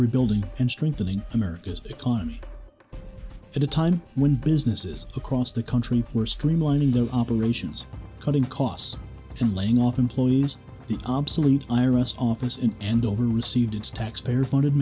rebuilding and strengthening america's economy at a time when businesses across the country for streamlining their operations cutting costs and laying off employees the obsolete iris office in andover received its taxpayer funded